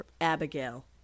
abigail